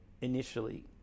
initially